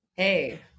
hey